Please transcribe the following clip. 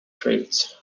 trails